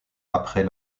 après